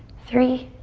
three,